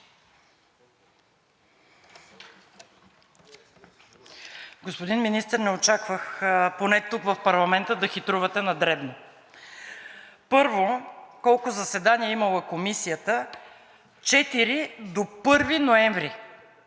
Господин Министър, не очаквах поне тук в парламента да хитрувате на дребно. Първо, колко заседания е имала Комисията. Четири до 1 ноември?!